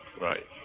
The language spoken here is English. Right